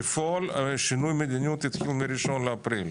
בפועל שינוי המדיניות התחיל ב-1 באפריל.